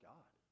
God